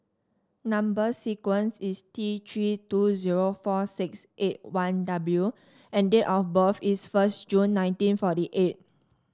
number sequence is T Three two zero four six eight one W and date of birth is first June nineteen forty eight